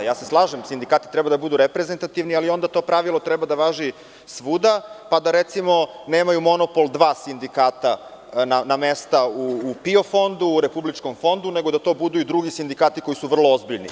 Slažem se, sindikati treba da budu reprezentativni, ali onda to pravilo treba da važi svuda, pa da, recimo, nemaju monopol dva sindikata na mesta u PIO fondu, u Republičkom fondu, nego da to budu i drugi sindikati koji su vrlo ozbiljni.